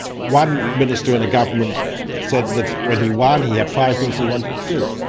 one minister in a government said that when he won he had five things he wanted to do,